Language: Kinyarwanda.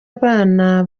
abana